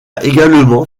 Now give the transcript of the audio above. également